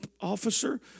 officer